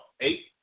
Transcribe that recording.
Eight